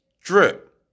Drip